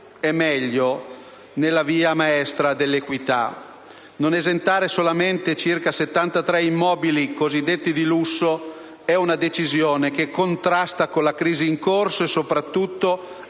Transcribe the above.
e meglio nella via maestra dell'equità. Non esentare solamente circa 73.000 immobili cosiddetti di lusso è una decisione che contrasta con la crisi in corso e, soprattutto,